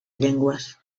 llengües